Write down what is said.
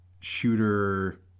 shooter